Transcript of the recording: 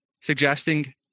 suggesting